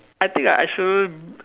I think like I shouldn't